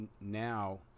now